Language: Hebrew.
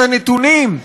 את הנתונים,